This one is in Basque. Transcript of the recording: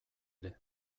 ere